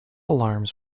alarms